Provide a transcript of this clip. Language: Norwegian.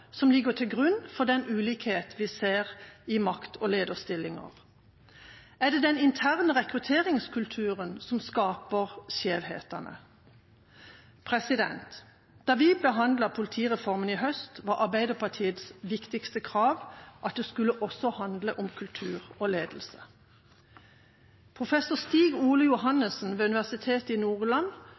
som ligger til grunn for den ulikheten vi ser i makt- og lederstillinger? Er det den interne rekrutteringskulturen som skaper skjevhetene? Da vi behandlet politireformen i høst, var Arbeiderpartiets viktigste krav at den også skulle handle om kultur og ledelse. Professor Stig Ole Johannessen ved Universitetet i Nordland